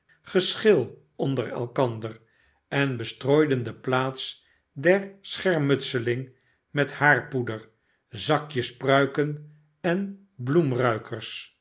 geschil onder elkander en bestrooiden de plaats der schermutsehng met haarpoeder zakjespruiken en